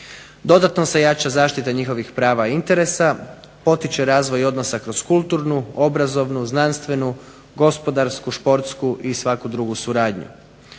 Dodatno se jača zaštita njihovih prava i interesa, potiče razvoj odnosa kroz kulturnu, obrazovnu, znanstvenu, gospodarsku, športsku i svaku drugu suradnju.